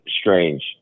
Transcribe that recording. strange